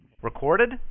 Recorded